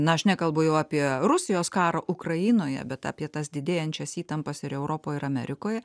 na aš nekalbu jau apie rusijos karą ukrainoje bet apie tas didėjančias įtampas ir europoj ir amerikoje